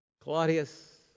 Claudius